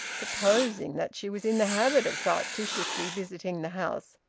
supposing that she was in the habit of surreptitiously visiting the house,